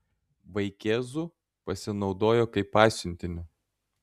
vaikėzu pasinaudojo kaip pasiuntiniu